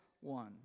one